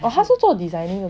oh 他是做 designer